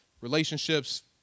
relationships